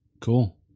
Cool